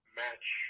match